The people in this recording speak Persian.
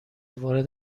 وارد